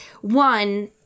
one